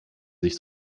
sich